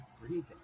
breathing